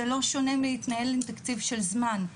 זה לא שונה מלהתנהל עם תקציב של זמן.